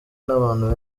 n’abantu